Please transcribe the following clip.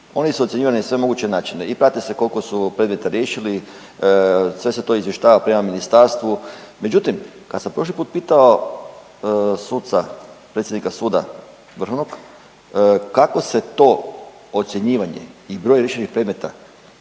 Oni su ocjenjivani na sve moguće načine. I prati se koliko su predmeta riješili. Sve se to izvještava prema ministarstvu, međutim, kad sam prošli put pitao suca, predsjednika suda Vrhovnog kako se to ocjenjivanje i broj riješenih predmeta